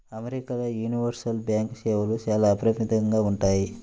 అమెరికాల universal bank సేవలు చాలా అపరిమితంగా ఉంటాయి